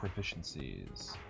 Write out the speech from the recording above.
proficiencies